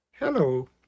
Hello